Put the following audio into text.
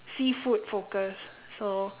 seafood focus so